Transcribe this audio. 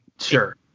sure